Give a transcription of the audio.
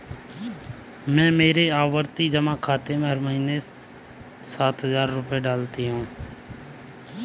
मैं मेरे आवर्ती जमा खाते में हर महीने सात हजार रुपए डालती हूँ